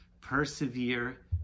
persevere